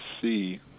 see